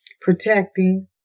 protecting